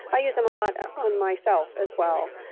i use them a lot on myself as well